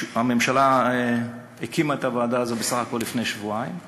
הממשלה הקימה את הוועדה הזאת בסך הכול לפני שבועיים,